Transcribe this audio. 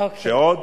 ועוד